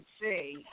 see